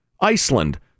Iceland